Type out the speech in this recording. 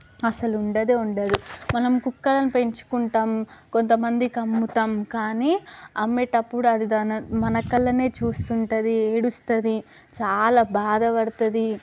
అసలు ఉండనే ఉండదు మనం కుక్కలని పెంచుకుంటాము కొంత మందికి అమ్ముతాము కానీ అమ్మేటప్పుడు అది దాని మన కళ్ళనే చూస్తూ ఉంటుంది ఏడుస్తుంది చాలా బాధపడుతుంది